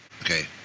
Okay